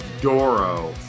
Doro